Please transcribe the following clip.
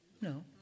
No